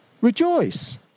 Rejoice